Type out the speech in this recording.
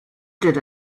did